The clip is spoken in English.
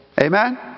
Amen